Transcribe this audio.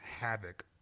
havoc